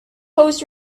post